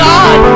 God